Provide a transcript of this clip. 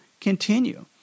continue